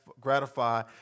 gratify